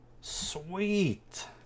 sweet